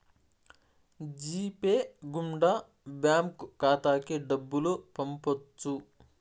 G Pay గుండా bank ఖాతాకి డబ్బులు పంపొచ్చు